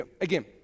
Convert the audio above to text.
Again